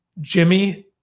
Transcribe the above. Jimmy